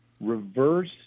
reverse